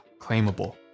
claimable